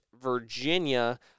Virginia